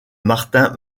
martin